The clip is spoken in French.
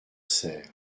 cère